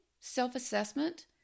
self-assessment